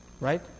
Right